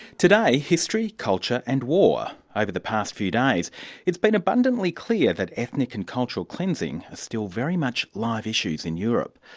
today history, culture and war. over the past few days it's been abundantly clear that ethnic and cultural cleansing are still very much live issues in europe.